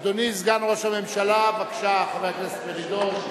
אדוני סגן ראש הממשלה, בבקשה, חבר הכנסת מרידור.